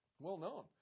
well-known